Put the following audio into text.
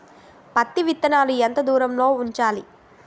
పత్తి విత్తనాలు ఎంత దూరంలో ఉంచాలి?